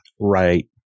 Right